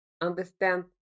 understand